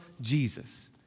Jesus